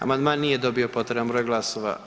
Amandman nije dobio potreban broj glasova.